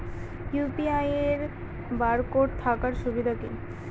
UPI এর barcode থাকার সুবিধে কি?